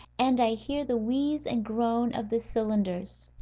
and i hear the wheeze and groan of the cylinders.